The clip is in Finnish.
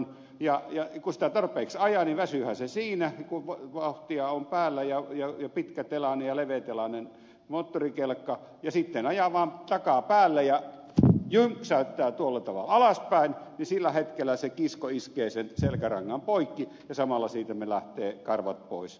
ja kun eläintä tarpeeksi ajaa niin väsyyhän se siinä kun vauhtia on päällä ja pitkä tela ja leveätilainen moottorikelkka ja sitten ajaa vain takaa päälle ja jympsäyttää tuolla tavalla alaspäin ja sillä hetkellä se kisko iskee sen selkärangan poikki ja samalla siitä lähtee karvat pois